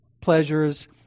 pleasures